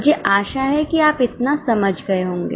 मुझे आशा है कि आप इतना समझ गए होंगे